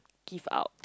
give out